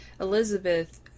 Elizabeth